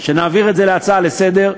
שנעביר את זה להצעה לסדר-היום,